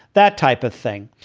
that type of thing.